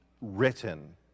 written